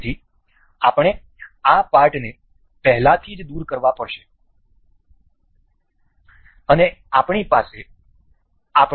તેથી આપણે આ પાર્ટને પહેલાથી જ દૂર કરવા પડશે